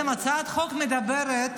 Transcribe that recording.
-- הצעת החוק מדברת